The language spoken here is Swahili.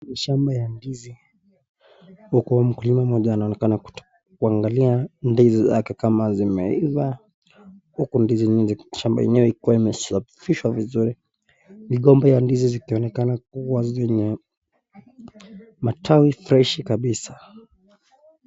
Ni shamba ya ndizi, huku mkulima mmoja anaonekana kuangalia ndizi zake kama zimeiva, huku ndizi nyingi kwenye shamba yenyewe ikiwa imesafishwa vizuri. Migomba ya ndizi zikionekana kuwa zenye matawi freshi kabisa.